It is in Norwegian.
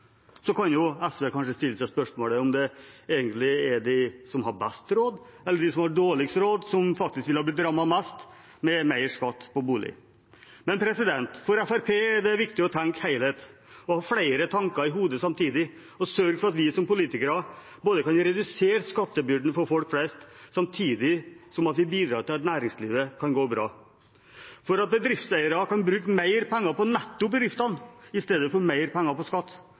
Så kan jo SV stille seg spørsmålet om det egentlig er de som har best råd, eller om det er de som har dårligst råd, som faktisk ville ha blitt rammet mest, med mer skatt på bolig. For Fremskrittspartiet er det viktig å tenke helhet – å ha flere tanker i hodet samtidig – og sørge for at vi som politikere kan redusere skattebyrden for folk flest, samtidig som vi bidrar til at næringslivet kan gå bra, slik at bedriftseiere skal kunne bruke mer penger på nettopp bedriftene